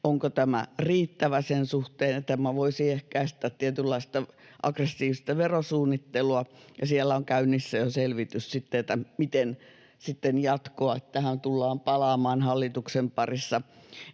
onko tämä riittävä sen suhteen, että tämä voisi ehkäistä tietynlaista aggressiivista verosuunnittelua, ja siellä on käynnissä jo selvitys, miten sitten jatkossa tähän tullaan palaamaan hallituksen parissa